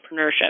entrepreneurship